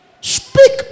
Speak